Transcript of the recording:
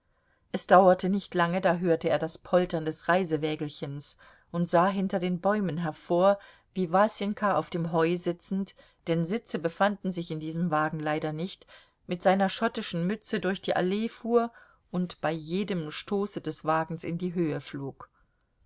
es dauerte nicht lange da hörte er das poltern des reisewägelchens und sah hinter den bäumen hervor wie wasenka auf dem heu sitzend denn sitze befanden sich in diesem wagen leider nicht mit seiner schottischen mütze durch die allee fuhr und bei jedem stoße des wagens in die höhe flog